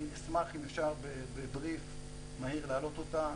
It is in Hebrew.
אני אשמח אם אפשר יהיה בבריף מהיר להעלות אותה,